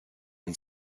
and